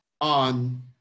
on